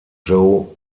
joe